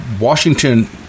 Washington